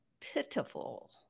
pitiful